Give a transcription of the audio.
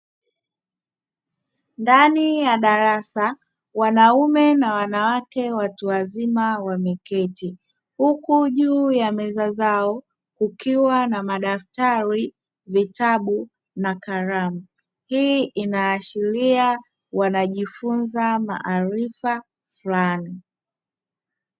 Ndani ya darasa, wanaume na wanawake watu wazima wameketi huku juu ya meza zao kukiwa na madaftari, vitabu na kalamu. Hii inaashiria wanajifunza maarifa fulani.